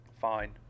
Fine